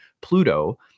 Pluto